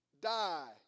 die